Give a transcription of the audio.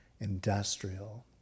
industrial